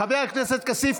חבר הכנסת כסיף,